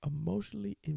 emotionally